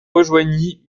rejoignit